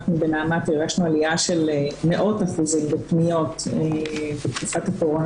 אנחנו בנעמ"ת הרגשנו עליה של מאות אחוזים בפניות בתקופת הקורונה